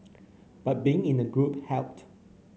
but being in a group helped